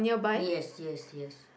yes yes yes